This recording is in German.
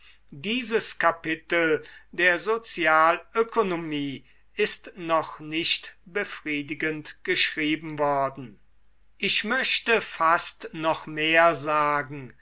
dieses kapitel der sozialökonomie ist noch nicht befriedigend geschrieben worden ich möchte fast noch mehr sagen